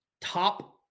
top